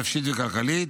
נפשית וכלכלית,